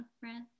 breath